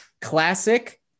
Classic